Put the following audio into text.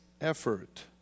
effort